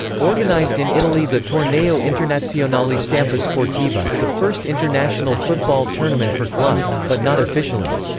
organized in italy the torneo internazionale stampa sportiva, the first international football tournament for clubs, but not officially.